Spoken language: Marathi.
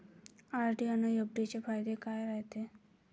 आर.डी अन एफ.डी चे फायदे काय रायते?